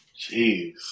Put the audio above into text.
Jeez